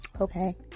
Okay